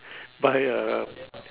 buy a